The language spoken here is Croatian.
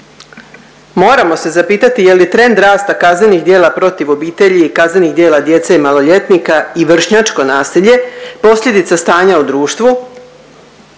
Moramo se zapitati je li trend rasta kaznenih djela protiv obitelji i kaznenih djela djece i maloljetnika i vršnjačko nasilje, posljedica stanja u društvu